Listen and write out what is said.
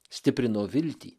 stiprino viltį